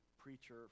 preacher